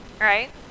right